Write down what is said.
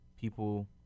people